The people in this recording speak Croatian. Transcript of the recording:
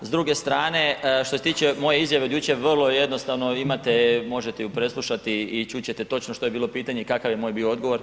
S druge strane, što se tiče moje izjave od jučer vrlo je jednostavno, možete ju preslušati i čut ćete točno što je bilo pitanje i kakav je moj bio odgovor.